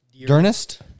Durnest